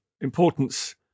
importance